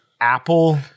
apple